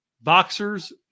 boxers